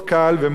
וגם לי,